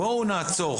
בואו נעצור.